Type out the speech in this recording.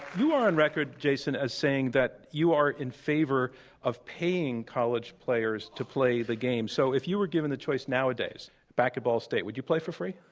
you are on record, jason, as saying that you are in favor of paying college players to play the game. so if you were given the choice nowadays back at ball state, would you play for free?